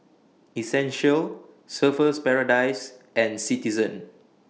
Essential Surfer's Paradise and Citizen